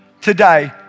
today